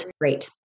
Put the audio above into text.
great